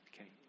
Okay